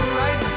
right